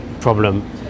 problem